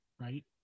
right